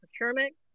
procurement